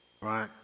right